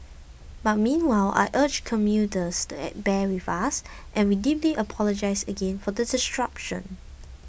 but meanwhile I urge commuters to bear with us and we deeply apologise again for the disruption